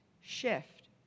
shift